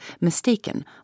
mistaken